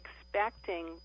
expecting